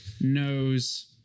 knows